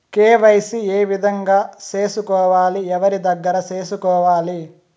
KYC ఏ విధంగా సేసుకోవాలి? ఎవరి దగ్గర సేసుకోవాలి?